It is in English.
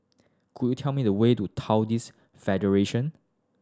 could you tell me the way to Taoist Federation